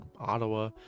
Ottawa